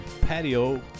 patio